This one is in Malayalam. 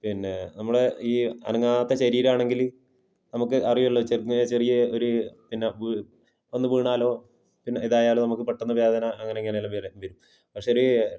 പിന്നേ നമ്മളെ ഈ അനങ്ങാത്ത ശരീരമാണെങ്കിൽ നമുക്ക് അറിയുമല്ലോ ഇങ്ങനെ ചെറിയ ഒരു പിന്നെ ഒന്ന് വീണാലോ പിന്നെ ഇതായാലോ നമുക്ക് പെട്ടെന്ന് വേദന അങ്ങനെ ഇങ്ങനെ എല്ലാം വര വരും പക്ഷേങ്കിൽ